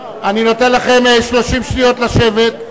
אני נותן לכם 30 שניות לשבת.